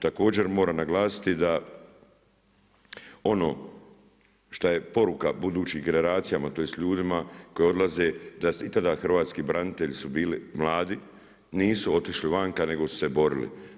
Također moram naglasiti da ono šta je poruka budućim generacijama, tj. ljudima koji odlaze da se i tada hrvatski branitelji su bili mladi, nisu otišli vanka nego su se borili.